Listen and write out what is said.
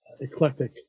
eclectic